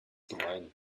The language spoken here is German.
gemein